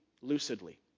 lucidly